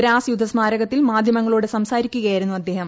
ദ്രാസ് യുദ്ധസ്മാരകത്തിൽ മാധ്യമിങ്ങളോട് സംസാരിക്കുകയായിരുന്നു അദ്ദേഹം